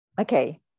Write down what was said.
okay